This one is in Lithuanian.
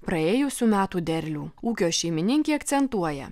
praėjusių metų derlių ūkio šeimininkė akcentuoja